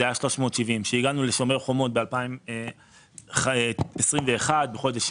וזה היה 370. כשהגענו לשומר החומות ב-2021 עשינו עדכון,